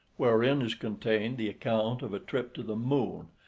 wherein is contained the account of a trip to the moon,